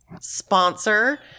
Sponsor